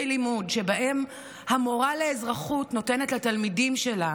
לימוד שבהם המורה לאזרחות נותנת לתלמידים שלה